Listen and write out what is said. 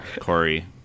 Corey